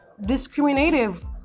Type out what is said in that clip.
discriminative